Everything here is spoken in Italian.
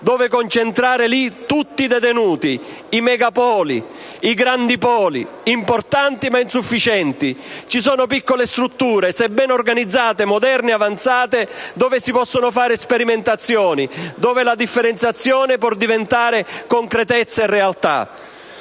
cui concentrare tutti i detenuti: i megapoli, importanti ma insufficienti. Ci sono piccole strutture, sebbene organizzate, moderne e avanzate, dove si possono fare sperimentazioni, dove la differenziazione può diventare concretezza e realtà.